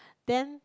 then